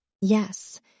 Yes